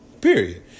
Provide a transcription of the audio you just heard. Period